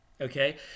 Okay